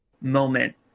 moment